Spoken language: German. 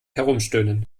herumstöhnen